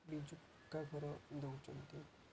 ବିଜୁ ପକ୍କା ଘର ଦେଉଛନ୍ତି